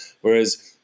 Whereas